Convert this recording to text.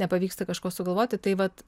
nepavyksta kažko sugalvoti tai vat